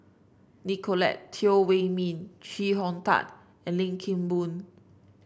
Nicolette Teo Wei Min Chee Hong Tat and Lim Kim Boon